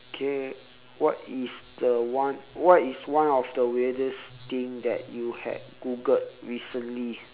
okay what is the one what is one of the weirdest thing that you had googled recently